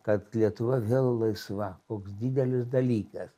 kad lietuva vėl laisva koks didelis dalykas